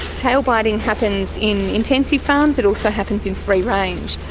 tail biting happens in intensive farms, it also happens in free range.